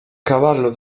cavallo